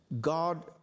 God